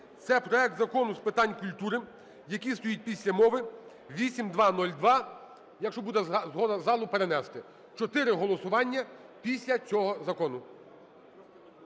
це проект Закону з питань культури, який стоїть після мови, 8202. Якщо буде згода залу, перенести. Чотири голосування після цього закону.